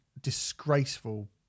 disgraceful